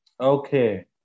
Okay